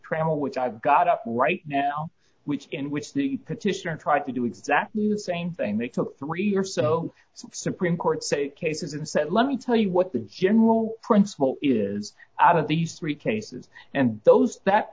trammell which i've got up right now which in which the petitioner tried to do exactly the same thing they took three or so supreme court cases and said let me tell you what the general principle is out of these three cases and those that